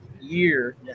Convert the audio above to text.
year